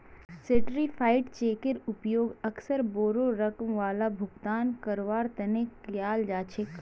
certified चेकेर उपयोग अक्सर बोडो रकम वाला भुगतानक करवार तने कियाल जा छे